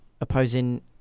opposing